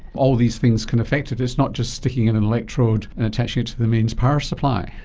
all these things can affect it, it's not just sticking in an electrode and attaching it to the mains power supply.